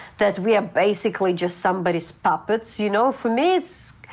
that we are basically just somebody's puppets. you know, for me it's.